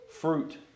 fruit